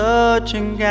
Searching